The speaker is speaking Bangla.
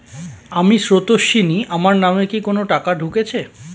আমি স্রোতস্বিনী, আমার নামে কি কোনো টাকা ঢুকেছে?